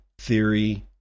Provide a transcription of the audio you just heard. Theory